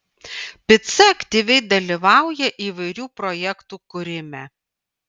pica aktyviai dalyvauja įvairių projektų kūrime